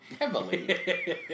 heavily